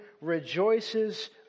rejoices